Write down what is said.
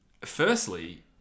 Firstly